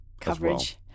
Coverage